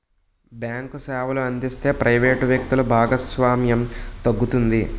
bank సేవలు అందిస్తే private వ్యక్తులు భాగస్వామ్యం తగ్గుతుంది